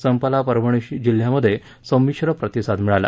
संपास परभणी जिल्ह्यात समिश्र प्रतिसाद मिळाला